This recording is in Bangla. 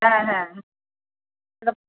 হ্যাঁ হ্যাঁ হ্যাঁ